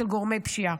אצל גורמי פשיעה.